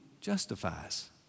justifies